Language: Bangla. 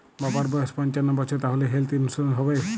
বাবার বয়স পঞ্চান্ন বছর তাহলে হেল্থ ইন্সুরেন্স হবে?